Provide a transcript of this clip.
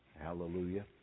Hallelujah